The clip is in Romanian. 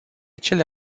cele